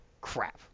Crap